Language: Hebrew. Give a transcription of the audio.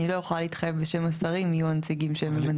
אני לא יכולה להתחייב בשם השר מי יהיו הנציגים שהוא ממנה.